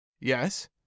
yes